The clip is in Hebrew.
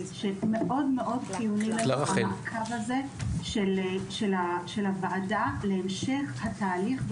חשוב לי לומר שמאוד-מאוד חיוני לנו המעקב הזה של הוועדה להמשך התהליך,